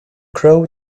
crow